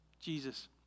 Jesus